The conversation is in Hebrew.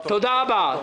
תודה רבה.